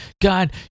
God